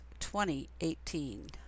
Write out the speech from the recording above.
2018